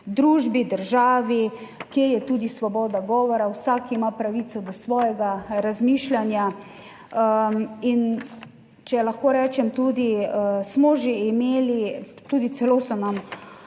družbi, državi, kjer je tudi svoboda govora, vsak ima pravico do svojega razmišljanja in, če lahko rečem, tudi, smo že imeli, tudi celo so nam